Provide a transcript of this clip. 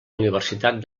universitat